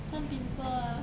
生 pimple ah